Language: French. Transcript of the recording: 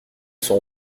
sont